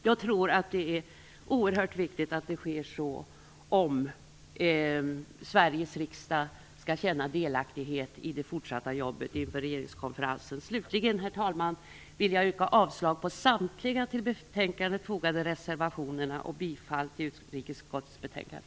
Jag tror att det är oerhört viktigt att så sker om Sveriges riksdag skall känna delaktighet i det fortsatta jobbet inför regeringskonferensen. Slutligen, herr talman, vill jag yrka avslag på samtliga till betänkandet fogade reservationer och bifall till hemställan i utrikesutskottets betänkande.